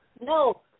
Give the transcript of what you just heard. No